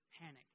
panic